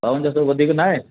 ॿावंजाहु थोरो वधीक नाए